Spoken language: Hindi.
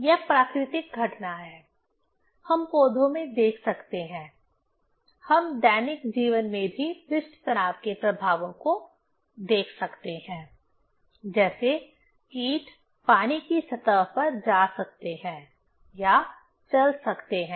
यह प्राकृतिक घटना है हम पौधों में देख सकते हैं हम दैनिक जीवन में भी पृष्ठ तनाव के प्रभावों को देख सकते हैं जैसे कीट पानी की सतह पर जा सकते हैं या चल सकते हैं